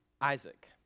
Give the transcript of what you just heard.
Isaac